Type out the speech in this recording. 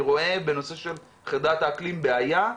אני רואה בנושא של חרדת האקלים בעיה,